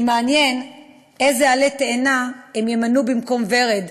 כי מעניין איזה עלה תאנה הם ימנו במקום ורד